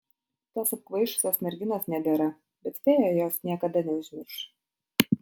tos apkvaišusios merginos nebėra bet fėja jos niekada neužmirš